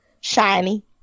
Shiny